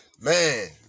Man